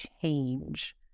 change